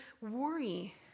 worry